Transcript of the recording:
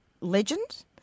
legend